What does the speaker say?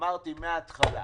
אמרתי מהתחלה,